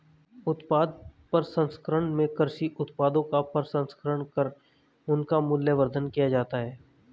उत्पाद प्रसंस्करण में कृषि उत्पादों का प्रसंस्करण कर उनका मूल्यवर्धन किया जाता है